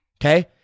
okay